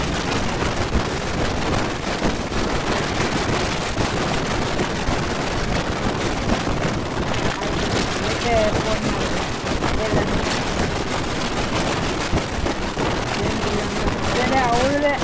ಹಾಂ ಸರಿ ಮೇಡಮ್ ಹಾಂ ಸರಿ ಮೇಡಮ್ ಆಯ್ತು ಹಾಂ ಹ್ಞೂ ಹ್ಞೂ ಹ್ಞೂ ಆಯಿತು ಮೇಡಮ್ ಅದಕ್ಕೆ ಫೋನ್ ಮಾಡಿದೆ ಹೇಳೋಣ ಅಂತ ಹ್ಞೂ ಹಾಂ ಏನಿಲ್ಲ ಮೇಡಮ್ ಅದೇನೇ ಅವಳದ್ದೇ